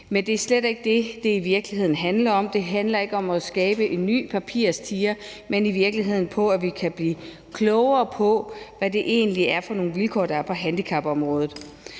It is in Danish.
men det er slet ikke det, det i virkeligheden handler om. Det handler ikke om at skabe en ny papirtiger, men i virkeligheden om, at vi kan blive klogere på, hvad det egentlig er for nogle vilkår, der er på handicapområdet.